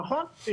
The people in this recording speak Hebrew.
נכון.